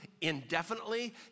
indefinitely